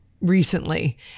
recently